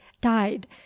died